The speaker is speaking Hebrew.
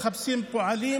מחפשים פועלים,